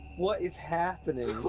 what is happening?